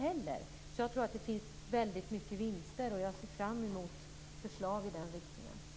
Jag tror därför att det finns väldigt stora vinster att göra, och jag ser fram emot förslag i den riktningen.